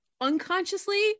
unconsciously